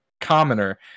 commoner